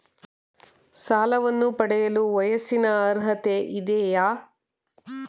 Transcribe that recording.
ಸಾಲವನ್ನು ಪಡೆಯಲು ವಯಸ್ಸಿನ ಅರ್ಹತೆ ಇದೆಯಾ?